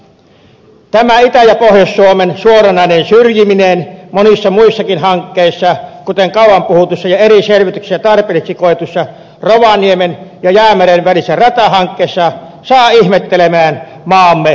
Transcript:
tämä itä ja pohjois suomen suoranainen syrjiminen monissa muissakin hankkeissa kuten kauan puhutussa ja eri selvityksissä tarpeelliseksi koetussa rovaniemen ja jäämeren välisessä ratahankkeessa saa ihmettelemään maamme liikennepolitiikkaa